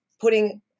putting